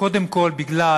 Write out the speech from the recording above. קודם כול בגלל